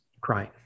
crying